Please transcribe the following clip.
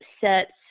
sets